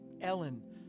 Ellen